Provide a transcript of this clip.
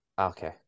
Okay